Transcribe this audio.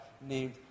named